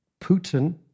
Putin